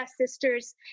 sisters